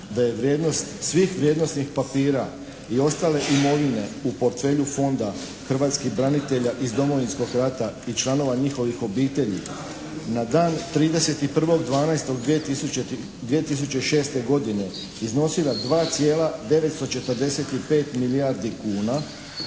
svih vrijednosnih papira i ostale imovine u portfelju Fonda hrvatskih branitelja iz Domovinskog rata i članova njihovih obitelji na dan 31.12.2006. godine iznosila 2,945 milijardi kuna,